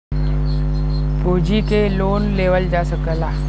पूँजी पे लोन लेवल जा सकला